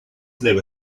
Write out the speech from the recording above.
never